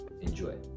Enjoy